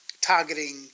targeting